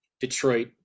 Detroit